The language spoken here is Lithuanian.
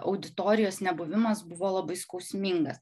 auditorijos nebuvimas buvo labai skausmingas